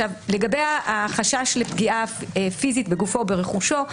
לגבי החשש לפגיעה פיזית, בגופו וברכושו.